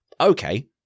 okay